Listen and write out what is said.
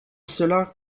cela